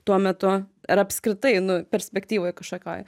tuo metu ir apskritai nu perspektyvoj kažkokioj